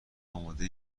آماده